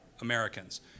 Americans